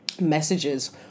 messages